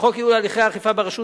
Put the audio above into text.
לחוק ייעול הליכי האכיפה ברשות,